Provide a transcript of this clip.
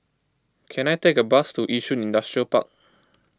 can I take a bus to Yishun Industrial Park